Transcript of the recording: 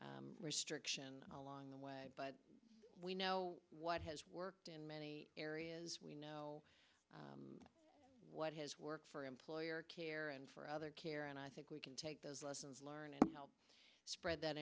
own restriction along the way but we know what has worked in many areas we know what has worked for employer care and for other care and i think we can take those lessons learned and help spread that